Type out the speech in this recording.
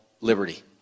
liberty